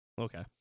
Okay